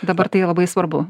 dabar tai labai svarbu